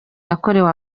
yakorewe